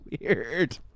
weird